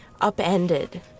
upended